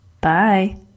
Bye